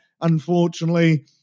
unfortunately